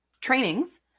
trainings